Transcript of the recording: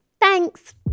Thanks